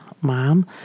Mom